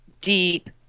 deep